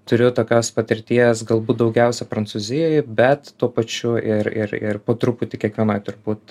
turiu tokios patirties galbūt daugiausia prancūzijoj bet tuo pačiu ir ir ir po truputį kiekvienoj turbūt